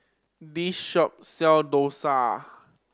this shop sell dosa